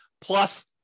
plus